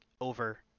over